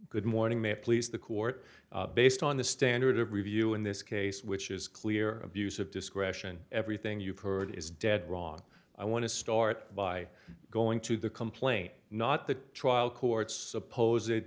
good morning may it please the court based on the standard of review in this case which is clear abuse of discretion everything you've heard is dead wrong i want to start by going to the complaint not the trial court suppose it